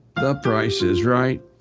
the price is right.